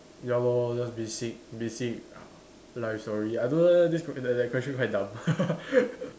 ya lor just basic basic life story I don't know leh this that that question quite dumb